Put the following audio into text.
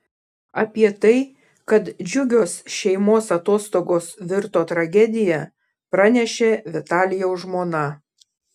apie tai kad džiugios šeimos atostogos virto tragedija pranešė vitalijaus žmona